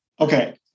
Okay